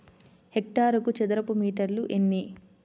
హెక్టారుకు చదరపు మీటర్లు ఎన్ని?